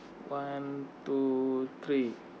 one two three